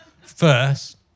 first